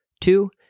Two